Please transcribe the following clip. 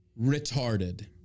retarded